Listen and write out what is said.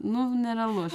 nu nerealu